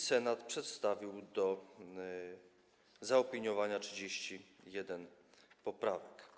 Senat przedstawił do zaopiniowania 31 poprawek.